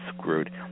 screwed